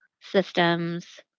systems